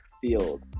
Field